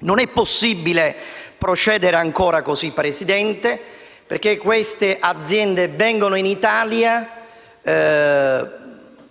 Non è possibile procedere ancora così, Presidente, perché queste aziende vengono in Italia,